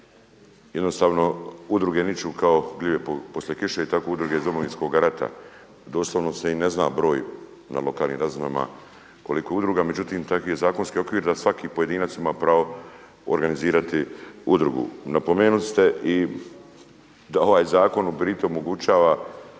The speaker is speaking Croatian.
jednostavno udruge niču kao gljive kao poslije kiše i tako udruge iz Domovinskog rata, doslovno se i ne zna broj na lokalnim razinama koliki je udruga, međutim takav je zakonski okvir da svaki pojedinac ima pravo organizirati udrugu. Napomenuli ste i da ovaj zakon i pri tom omogućava